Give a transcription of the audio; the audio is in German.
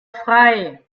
frei